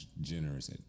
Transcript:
generous